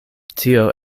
tio